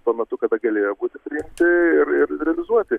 tuo metu kada galėjo būti priimti ir ir realizuoti